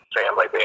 family